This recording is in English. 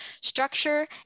structure